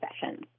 sessions